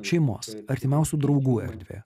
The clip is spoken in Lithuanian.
šeimos artimiausių draugų erdvė